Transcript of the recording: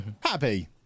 Happy